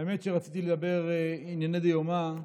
האמת היא שרציתי לדבר על ענייני דיומא,